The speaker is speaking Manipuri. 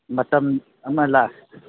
ꯃꯇꯝ ꯑꯃ